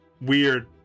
weird